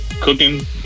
cooking